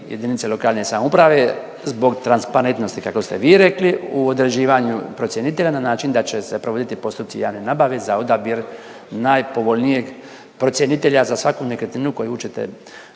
jedinice lokalne samouprave, zbog transparentnosti kako ste vi rekli u određivanju procjenitelja na način da će se provoditi postupci javne nabave za odabir najpovoljnijeg procjenitelja za svaku nekretninu koju ćete,